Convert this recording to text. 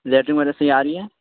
latrine وغیرہ صحیح آ رہی ہے